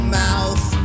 mouth